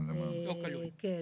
אני